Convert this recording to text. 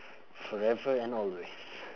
forever and always